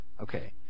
Okay